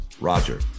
Roger